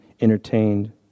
entertained